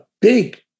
big